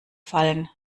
fallen